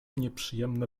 nieprzyjemne